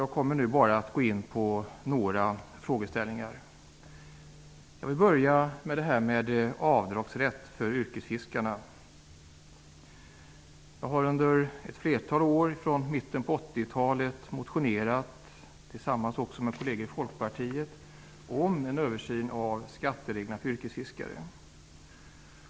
Jag kommer bara att gå in på några frågeställningar. Jag vill börja med frågan om avdragsrätt för yrkesfiskarna. Jag har under ett flertal år från mitten på 80-talet, också tillsammans med kolleger från Folkpartiet, motionerat om en översyn av skattereglerna för yrkesfiskare.